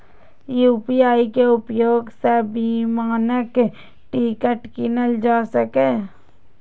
UPI के उपयोग सं विमानक टिकट कीनल जा सकैए